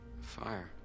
Fire